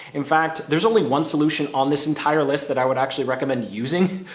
in fact, there's only one solution on this entire list that i would actually recommend using,